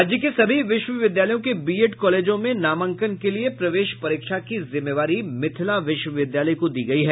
राज्य के सभी विश्वविद्यालयों के बीएड कॉलेजों में नामांकन के लिए प्रवेश परीक्षा की जिम्मेवारी मिथिला विश्वविद्यालय को दी गयी है